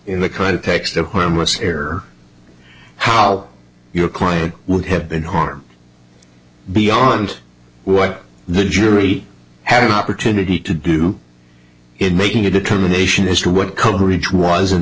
in the context of harmless error how your client would have been harmed beyond what the jury had an opportunity to do in making a determination as to what coverage was